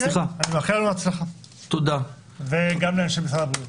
מאחל לנו בהצלחה, וגם לאנשי משרד הבריאות,